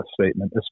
statement